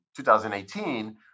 2018